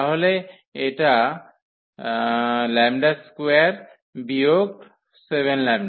তাহলে এটা λ স্কোয়ার বিয়োগ 7λ